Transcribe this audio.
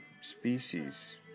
species